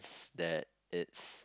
that it's